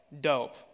dope